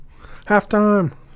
Halftime